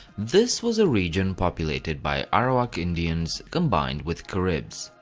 this was a region populated by arawak indians, combined with caribs.